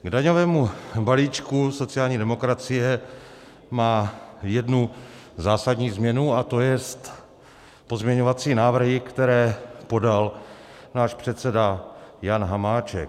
K daňovému balíčku sociální demokracie má jednu zásadní změnu, a to jest pozměňovací návrhy, které podal náš předseda Jan Hamáček.